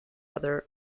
other